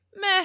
meh